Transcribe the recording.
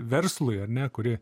verslui ar ne kuri